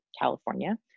California